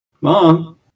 Mom